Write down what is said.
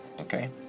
Okay